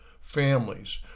families